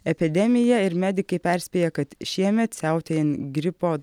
epidemija ir medikai perspėja kad šiemet siautėjant gripo